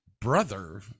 brother